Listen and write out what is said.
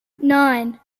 nine